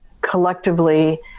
collectively